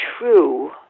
true